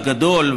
הגדול,